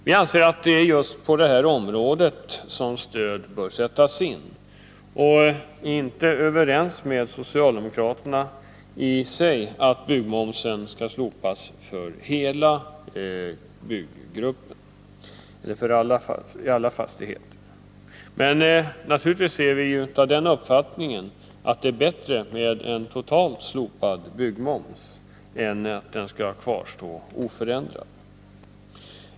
Vi anser att det är just på detta område som stöd bör sättas in, och vi är inte överens med socialdemokraterna om att byggmomsen skall slopas för alla fastigheter. Vi är dock naturligtvis av den uppfattningen att det är bättre med en totalt slopad byggmoms än att den skall kvarstå oförändrad.